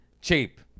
cheap